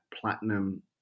platinum